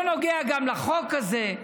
זה גם לא נוגע לחוק הזה.